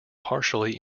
partially